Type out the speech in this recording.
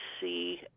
see